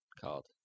called